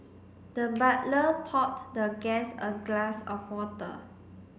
the butler poured the guest a glass of water